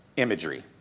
imagery